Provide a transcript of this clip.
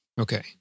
Okay